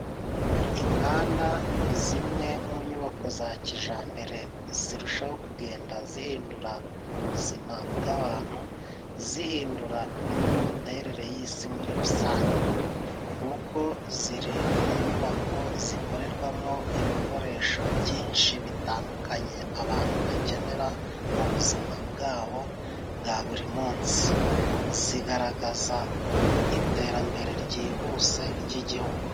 Inganda ni zimwe mu nyubako za kijambere, zirushaho kugenda zihindura ubuzima bw'abantu, zihindura n'imiterere y'isi muri rusange. Kuko ziri mu nyubako zikorerwamo ibikoresho byinshi bitandukanye abantu bakenera mu buzima bwabo bwa buri munsi. Zigaragaza iterambere ryihuse ry'igihugu.